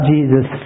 Jesus